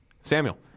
Samuel